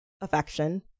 affection